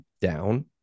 down